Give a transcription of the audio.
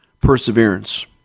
perseverance